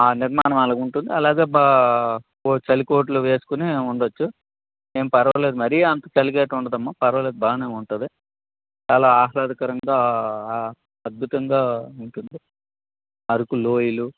ఆ నిర్మాణం అలాగ ఉంటుంది అలాగే బా కో చలికోటులు వేసుకుని ఉండవచ్చు ఏమి పరవాలేదు మరీ అంత చలిగా అయితే ఉండదు అమ్మా పరవాలేదు బాగానే ఉంటుంది చాలా ఆర్వాహ్లాదకరంగా అద్భుతంగా ఉంటుంది అరకు లోయలు